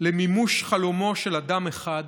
למימוש חלומו של אדם אחד,